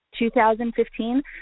2015